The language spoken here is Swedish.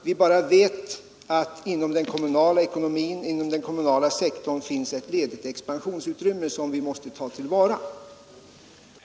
Vi vet dock att inom den kommunala sektorn finns ett ledigt expansionsutrymme som vi måste ta till vara om vi menar allvar med vår sysselsättningsfrämjande politik och vår strävan mot bättre regional blans.